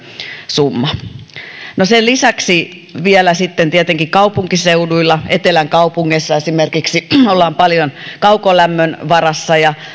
summa no sen lisäksi vielä sitten tietenkin kaupunkiseuduilla etelän kaupungeissa esimerkiksi ollaan paljon kaukolämmön varassa ja